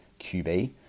QB